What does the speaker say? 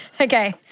Okay